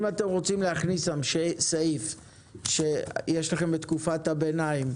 אם אתם רוצים להכניס שם סעיף שיש לכם את תקופת הביניים.